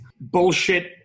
bullshit